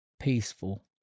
peaceful